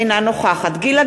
אינה נוכחת גילה